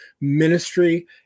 Ministry